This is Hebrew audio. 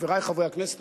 חברי חברי הכנסת,